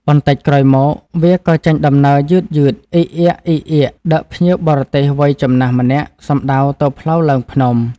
បន្តិចក្រោយមក វាក៏ចេញដំណើរយឺតៗ អ៊ីកអ៊ាកៗ ដឹកភ្ញៀវបរទេសវ័យចំណាស់ម្នាក់សំដៅទៅផ្លូវឡើងភ្នំ ។